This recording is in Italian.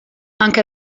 anche